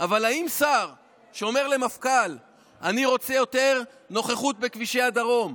אבל שר שאומר למפכ"ל: אני רוצה יותר נוכחות בכבישי הדרום,